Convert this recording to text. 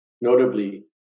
notably